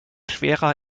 schwerer